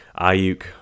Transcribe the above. Ayuk